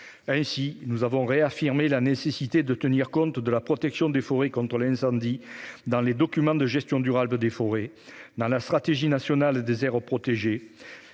égard, nous avons réaffirmé la nécessité de faire figurer la protection des forêts contre l'incendie dans les documents de gestion durable des forêts, dans la stratégie nationale des aires protégées,